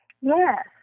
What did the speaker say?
Yes